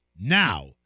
Now